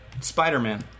Spider-Man